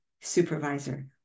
supervisor